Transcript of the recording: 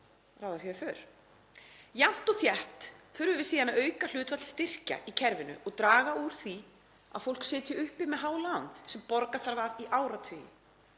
ráða hér för. „Jafnt og þétt þurfum við síðan að auka hlutfall styrkja í kerfinu og draga úr því að fólk sitji uppi með lán sem borga þarf af í áratugi.